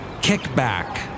Kickback